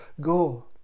go